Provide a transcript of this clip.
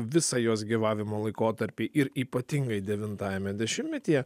visą jos gyvavimo laikotarpį ir ypatingai devintajame dešimtmetyje